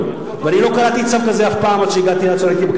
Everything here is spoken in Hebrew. ואני לא קראתי צו כזה אף פעם עד שראיתי בכנסת.